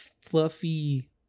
fluffy